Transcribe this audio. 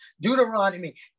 Deuteronomy